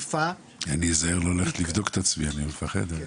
אני אזהר לא ללכת לבדוק את עצמי, אני מפחד.